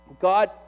God